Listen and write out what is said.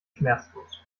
schmerzlos